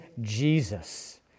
Jesus